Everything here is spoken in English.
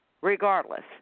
regardless